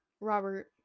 Robert